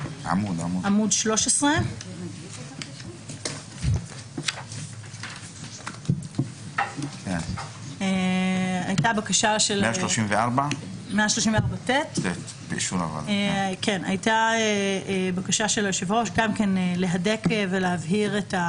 עמוד 13. הייתה בקשה של היושב ראש להדק ולהבהיר.